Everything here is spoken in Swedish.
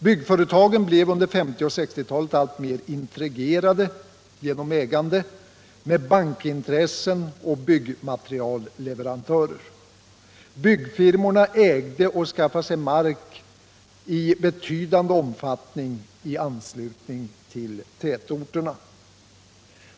Byggföretagen blev under 1950 och 1960-talen alltmer intrigerade genom ägande med intressen från banker och byggmaterialleverantörer. Byggfirmorna ägde och skaffade sig mark i betydande omfattning i anslutning till tätorterna.